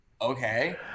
okay